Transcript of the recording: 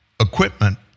equipment